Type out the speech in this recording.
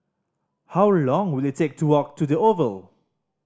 how long will it take to walk to The Oval